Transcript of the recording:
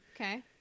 Okay